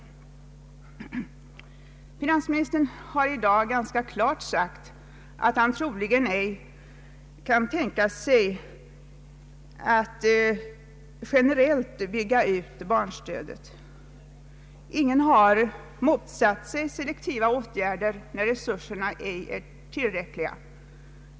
Finansministern har i dag ganska klart sagt att han troligen ej kan tänka sig att generellt bygga ut barnstödet. Ingen har motsatt sig selektiva åtgärder när resurserna ej är tillräckliga.